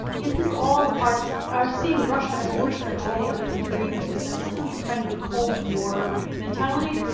is this all our our seeing russia as worse than all the other interveners, is that still kind of a cold war mentality?